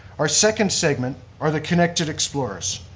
our second segment are the connect explorers.